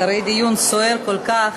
אחרי דיון סוער כל כך,